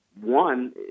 One